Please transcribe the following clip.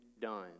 done